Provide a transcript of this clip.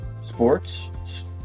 sports